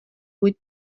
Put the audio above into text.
huit